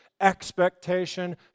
expectation